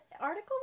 article